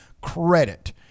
credit